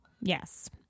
Yes